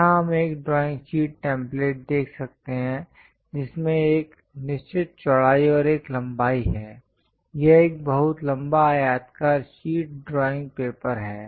यहां हम एक ड्राइंग शीट टेम्पलेट देख सकते हैं जिसमें एक निश्चित चौड़ाई और एक लंबाई है यह एक बहुत लंबा आयताकार शीट ड्राइंग पेपर है